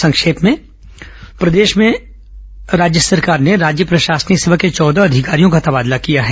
संक्षिप्त समाचार प्रदेश सरकार ने राज्य प्रशासनिक सेवा के चौदह अधिकारियों का तबादला किया है